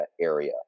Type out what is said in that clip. area